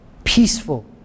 peaceful